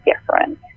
different